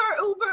Uber